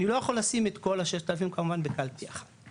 אני לא יכול לשים את כל ה-6,000 כמובן בקלפי אחד,